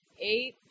Eight